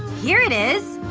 here it is!